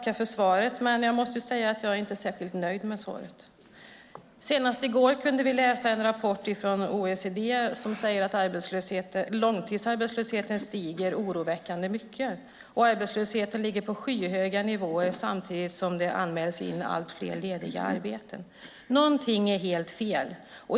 Fru talman! Jag vill börja med att tacka för svaret, men jag är inte särskilt nöjd med det. Senast i går kunde vi läsa en rapport från OECD som säger att långtidsarbetslösheten stiger oroväckande mycket och att arbetslösheten ligger på skyhöga nivåer samtidigt som det anmäls allt fler lediga arbeten. Någonting är helt fel.